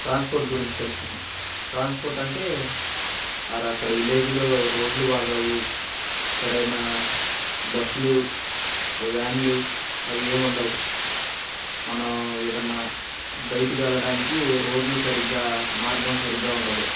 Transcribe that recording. transport గురించి తెలుసుకుందాం transport అంటే ఆ అక్కడ విలేజ్లో రోడ్లు బాగలేవు సరైన బస్సులు వ్యాన్లు అవి ఏవి ఉండవు మనం ఏదన్నా బయటి వెళ్ళడానికి రోడ్లు సరిగ్గా మార్గం సరిగ్గా ఉండదు